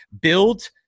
build